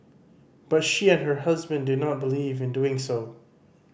but she and her husband do not believe in doing so